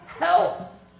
help